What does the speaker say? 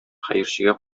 хәерчегә